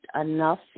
enough